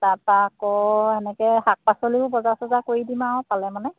তাৰপৰা আকৌ এনেকৈ শাক পাচলিও বজাৰ চজা কৰি দিম আৰু পালে মানে